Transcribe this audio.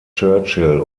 churchill